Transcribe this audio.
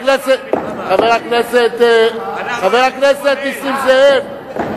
חבר הכנסת נסים זאב,